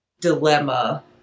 dilemma